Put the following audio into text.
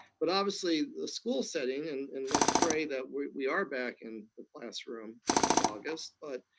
but obviously, the school setting, and and let's pray that we we are back in the classroom come august, but